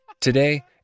Today